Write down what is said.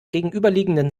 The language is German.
gegenüberliegenden